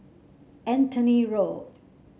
Anthony Road